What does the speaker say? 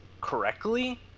correctly